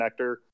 connector